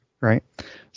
right